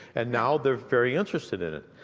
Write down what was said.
and now they're very interested in it.